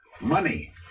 Money